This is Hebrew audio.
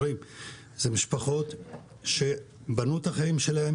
מדובר במשפחות שבנו את החיים שלהן